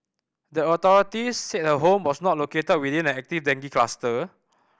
the authorities said her home was not located within an active dengue cluster